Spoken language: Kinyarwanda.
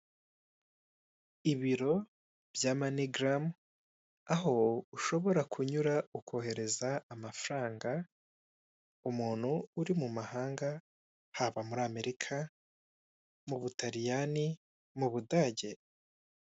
Ibiro bya mani garamu aho ushobora kunyura ukohereza amafaranga, umuntu uri mu mahanga, haba muri Amerika, mu Butaliyani, mu Budage.